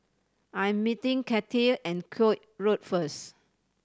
I am meeting Cathey and Koek Road first